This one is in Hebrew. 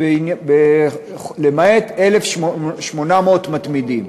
למעט 1,800 מתמידים.